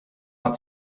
bud